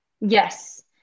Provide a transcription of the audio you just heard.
Yes